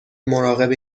مراقب